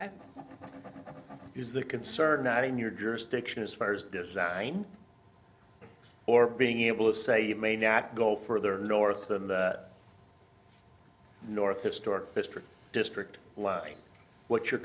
is there concern that in your jurisdiction as far as design or being able to say you may not go further north than the north historic district district what's your